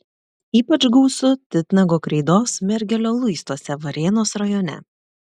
ypač gausu titnago kreidos mergelio luistuose varėnos rajone